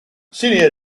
senior